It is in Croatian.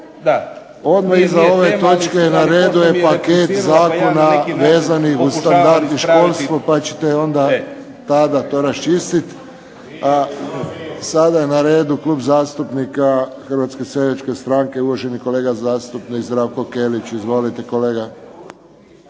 Odmah iza ove točke na redu je paket zakona vezanih uz standard i školstvo pa ćete onda tada to raščistiti. Sada je na redu Klub zastupnika Hrvatske seljačke stranke. Uvaženi kolega zastupnik Zdravko Kelić. Izvolite, kolega.